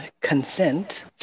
consent